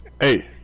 Hey